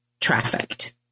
trafficked